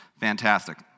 Fantastic